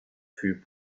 fut